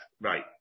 right